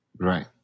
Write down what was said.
Right